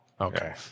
Okay